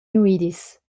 nuidis